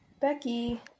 becky